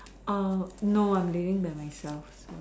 uh no I'm living by myself so